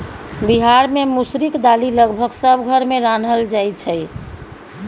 बिहार मे मसुरीक दालि लगभग सब घर मे रान्हल जाइ छै